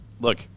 look